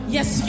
Yes